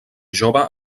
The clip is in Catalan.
jove